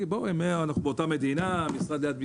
אנחנו באותה מדינה, משרד ליד משרד,